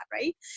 Right